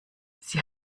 sie